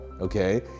okay